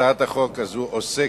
התש"ע 2009. הצעת החוק הזאת עוסקת